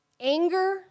Anger